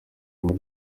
muri